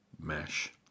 mesh